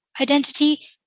identity